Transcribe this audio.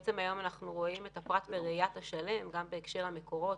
אנחנו רואים את הפרט מראיית השלם גם בהקשר המקורות